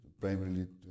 primarily